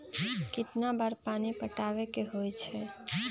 कितना बार पानी पटावे के होई छाई?